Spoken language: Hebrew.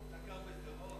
אתה גר בשדרות?